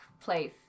place